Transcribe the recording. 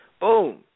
boom